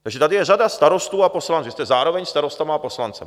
Takže tady je řada starostů a poslanců, že jste zároveň starosty a poslanci.